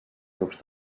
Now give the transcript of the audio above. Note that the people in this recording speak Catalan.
grups